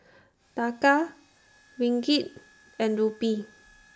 Taka Ringgit and Rupee